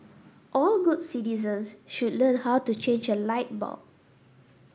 all good citizens should learn how to change a light bulb